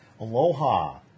Aloha